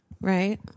right